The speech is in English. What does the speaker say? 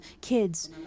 kids